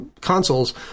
consoles